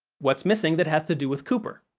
what's missing that has to do with cooper?